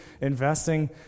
investing